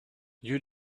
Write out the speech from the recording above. you